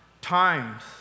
times